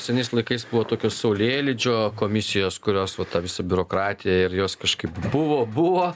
senais laikais buvo tokios saulėlydžio komisijos kurios va tą visą biurokratiją ir jos kažkaip buvo buvo